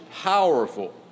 powerful